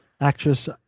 Actress